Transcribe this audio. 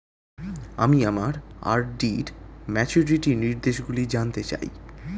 আমি আমার আর.ডি র ম্যাচুরিটি নির্দেশগুলি জানতে চাই